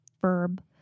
verb